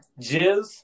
jizz